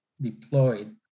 deployed